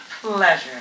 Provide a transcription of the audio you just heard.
pleasure